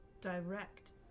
direct